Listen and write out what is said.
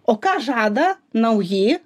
o ką žada nauji